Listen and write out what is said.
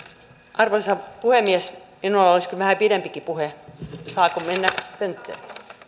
arvoisa puhemies minulla olisi kyllä vähän pidempikin puhe saako mennä pönttöön